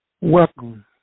Welcome